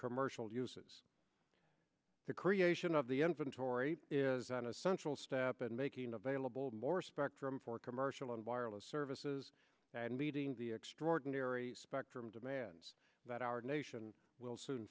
commercial uses the creation of the inventory is an essential step in making available more spectrum for commercial and wireless services and meeting the extraordinary spectrum demands that our nation will soon